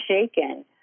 shaken